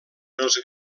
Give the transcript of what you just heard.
els